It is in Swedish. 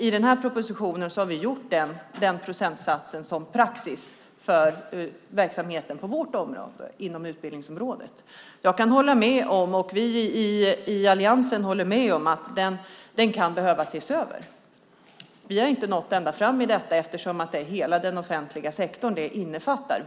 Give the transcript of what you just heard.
I den här propositionen har vi föreslagit den procentsatsen som praxis för verksamheten på vårt område inom utbildningsområdet. Jag kan hålla med om, och vi i alliansen håller med om, att den kan behöva ses över. Vi har inte nått ända fram i detta eftersom det är hela den offentliga sektorn det innefattar.